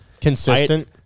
consistent